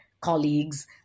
colleagues